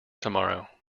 tomorrow